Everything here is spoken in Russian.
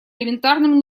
элементарным